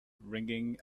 ringing